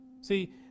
See